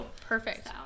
Perfect